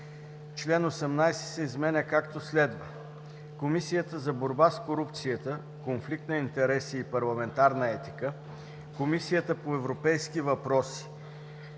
Член 18 се изменя както следва: „Комисията за борба с корупцията, конфликт на интереси и парламентарна етика, Комисията по европейските въпроси